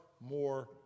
more